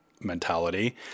mentality